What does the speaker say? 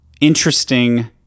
interesting